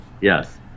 Yes